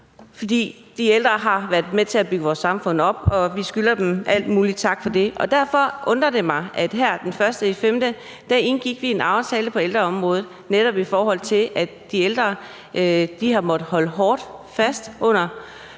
fordi de ældre har været med til at bygge vores samfund op, og vi skylder dem al mulig tak for det. Den 1. maj indgik vi en aftale på ældreområdet. Netop de ældre har måttet holde hårdt for under